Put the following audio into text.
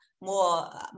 more